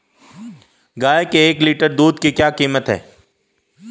गाय के एक लीटर दूध की क्या कीमत है?